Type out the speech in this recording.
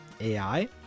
AI